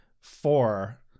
four